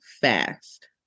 fast